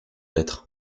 être